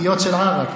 תחתיות של ערק.